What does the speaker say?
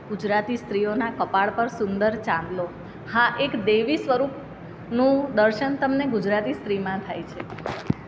ગુજરાતી સ્ત્રીઓના કપાળ પર સુંદર ચાંદલો હા એક દેવી સ્વરૂપનું દર્શન તમને ગુજરાતી સ્ત્રીમાં થાય છે